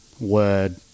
word